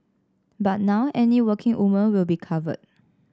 but now any working woman will be covered